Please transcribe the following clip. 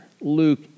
Luke